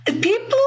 People